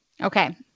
Okay